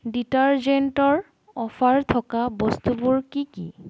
ডিটাৰজেণ্টৰ offer থকা বস্তুবোৰ কি কি